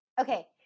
Okay